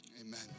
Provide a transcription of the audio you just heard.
Amen